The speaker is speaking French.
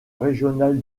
régional